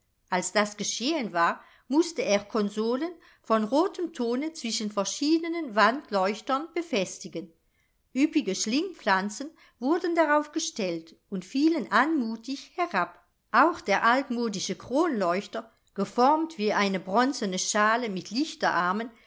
als das geschehen war mußte er konsolen von rotem thone zwischen verschiedenen wandleuchtern befestigen üppige schlingpflanzen wurden darauf gestellt und fielen anmutig herab auch der altmodische kronleuchter geformt wie eine bronzene schale mit